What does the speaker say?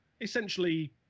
essentially